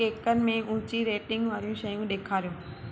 केकनि में ऊची रेटिंग वारियूं शयूं ॾेखारियो